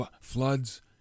floods